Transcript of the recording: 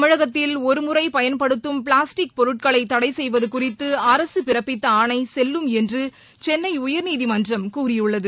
தமிழகத்தில் ஒருமுறை பயன்படுத்தம் பிளாஸ்டிக் பொருட்களை தடை செய்வது குறித்து அரசு பிறப்பித்த ஆணை செல்லும் என்று சென்னை உயர்நீதிமன்றம் கூறியுள்ளது